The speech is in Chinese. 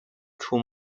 出没